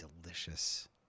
delicious